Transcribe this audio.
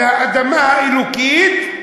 והאדמה האלוקית,